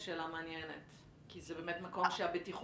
זו שאלה מעניינת כי זה באמת מקום שהבטיחות